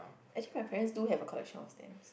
actually my parents do have a collection of stamps